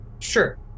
sure